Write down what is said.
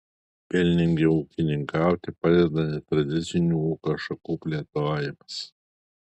pelningiau ūkininkauti padeda netradicinių ūkio šakų plėtojimas